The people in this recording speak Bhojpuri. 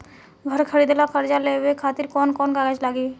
घर खरीदे ला कर्जा लेवे खातिर कौन कौन कागज लागी?